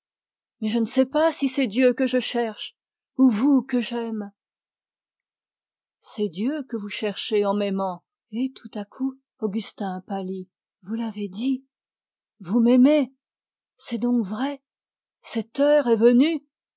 mais je ne sais pas si c'est dieu que je cherche ou vous que j'aime c'est dieu que vous cherchez en m'aimant et tout à coup augustin pâlit vous l'avez dit vous m'aimez c'est donc vrai cette heure est venue